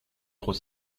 trop